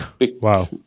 Wow